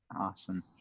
Awesome